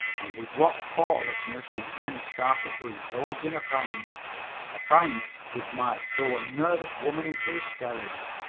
with what thoughtlessness he again started to indulge in a prank a prank which might throw a nervous woman into hysterics.